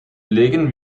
legen